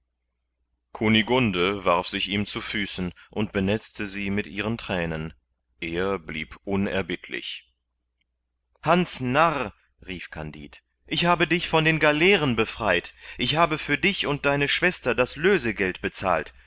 kunigunde warf sich ihm zu füßen und benetzte sie mit ihren thränen er blieb unerbittlich hans narr rief kandid ich habe dich von den galeeren befreit ich habe für dich und deine schwester das lösegeld bezahlt